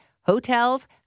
hotels